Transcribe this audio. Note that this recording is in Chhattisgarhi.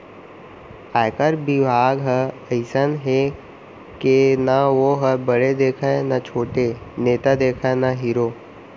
आयकर बिभाग ह अइसना हे के ना वोहर बड़े देखय न छोटे, नेता देखय न हीरो